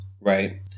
right